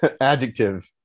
Adjective